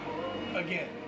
Again